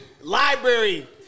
library